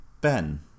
Ben